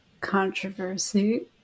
controversy